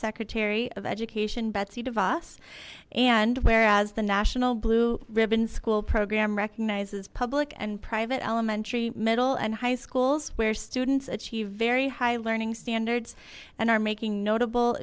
secretary of education betsy divide us and whereas the national blue ribbon school program recognizes public and private elementary middle and high schools where students achieve very high learning standards and are making notable